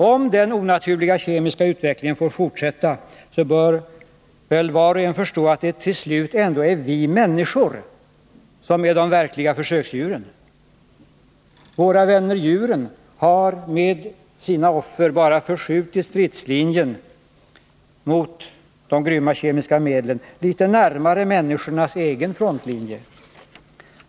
Om den onaturliga kemiska utvecklingen får fortsätta, så bör väl var och en förstå att det till slut ändå är vi människor som är de verkliga försöksdjuren. Våra vänner djuren har — med sina offer — bara förskjutit stridslinjen mot de grymma kemiska medlen litet närmare människornas egen frontlinje.